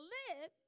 live